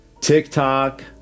TikTok